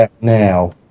now